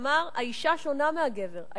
שאמר: האשה שונה מהגבר,